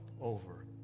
over